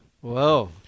Whoa